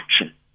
action